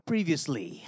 Previously